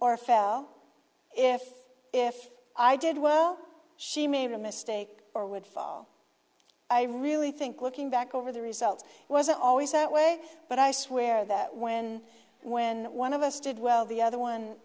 fell if if i did well she made a mistake or would fall i really think looking back over the result wasn't always that way but i swear that when when one of us did well the other one